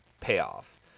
payoff